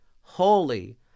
holy